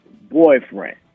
boyfriend